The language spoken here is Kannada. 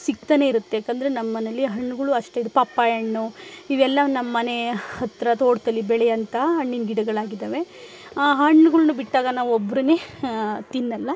ಸಿಗ್ತಾನೆ ಇರುತ್ತೆ ಏಕಂದರೆ ನಮ್ಮ ಮನೇಲಿ ಹಣ್ಣುಗಳು ಅಷ್ಟು ಇರು ಪಪ್ಪಾಯ ಹಣ್ಣು ಇವೆಲ್ಲ ನಮ್ಮ ಮನೇ ಹತ್ತಿರ ತೋಟದಲ್ಲಿ ಬೆಳೆಯೋಂಥ ಹಣ್ಣಿನ್ ಗಿಡಗಳಾಗಿದ್ದವೆ ಆ ಹಣ್ಗುಳು ಬಿಟ್ಟಾಗ ನಾವು ಒಬ್ರನ್ನೆ ತಿನ್ನೊಲ್ಲ